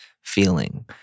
feeling